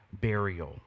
burial